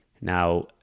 Now